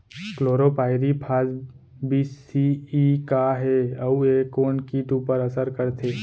Chlorpyrifos बीस C E का हे अऊ ए कोन किट ऊपर असर करथे?